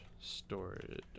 storage